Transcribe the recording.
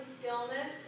stillness